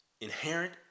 inherent